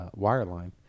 wireline